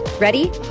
Ready